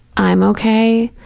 i'm okay.